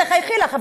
תחייכי לך,